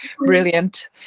brilliant